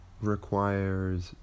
requires